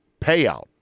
payout